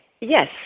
yes